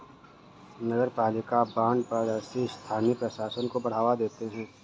नगरपालिका बॉन्ड पारदर्शी स्थानीय प्रशासन को बढ़ावा देते हैं